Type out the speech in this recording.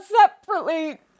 separately